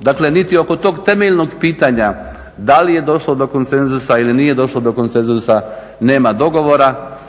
Dakle niti oko tog temeljnog pitanja da li je došlo do konsenzusa ili nije došlo do konsenzusa nema dogovora,